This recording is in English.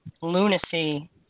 Lunacy